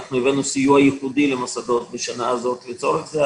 אנחנו הבאנו סיוע ייחודי למוסדות בשנה הזו לצורך זה,